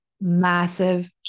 massive